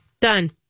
Done